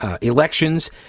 elections